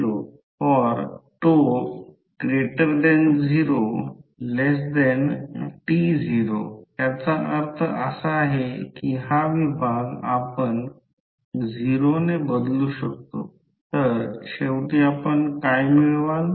5 आणि हे 20 आहे परंतु येथे पहा ही 3 सेंटीमीटर बाजू आहे ती येथे लिहिलेली आहे या बाजूने 3 सेंटीमीटर ही बाजू 1